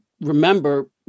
remember